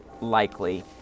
likely